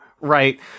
right